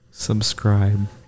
Subscribe